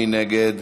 מי נגד?